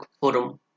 Forum